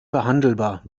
verhandelbar